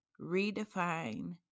redefine